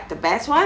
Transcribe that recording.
the best one